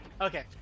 Okay